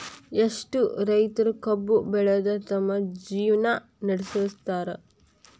ಎಷ್ಟೋ ರೈತರು ಕಬ್ಬು ಬೆಳದ ತಮ್ಮ ಜೇವ್ನಾ ನಡ್ಸತಾರ